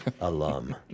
alum